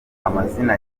amazina